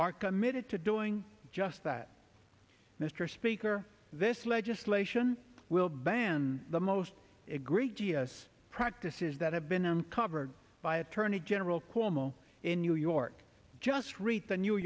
are committed to doing just that mr speaker this legislation will ban the most egregious practices that have been uncovered by attorney general cuomo in new york just read the new